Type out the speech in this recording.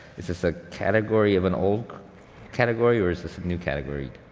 is this a category of an old category or is this a new category?